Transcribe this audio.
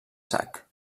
sac